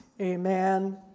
Amen